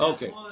Okay